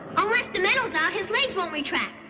unless the metal's out, his legs won't retract.